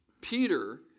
Peter